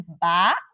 back